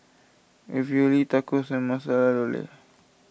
Ravioli Tacos and Masala